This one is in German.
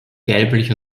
gelblich